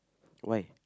why